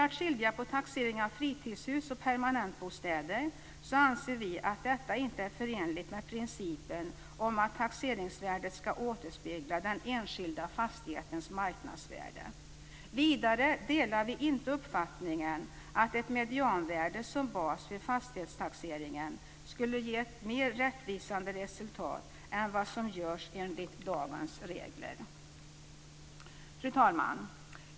Att skilja på taxeringen av fritidshus och permanentbostäder anser vi inte förenligt med principen att taxeringsvärdet ska återspegla den enskilda fastighetens marknadsvärde. Vidare delar vi inte uppfattningen att ett medianvärde som bas vid fastighetstaxeringen skulle ge ett mer rättvisande resultat än vad dagens regler gör. Fru talman!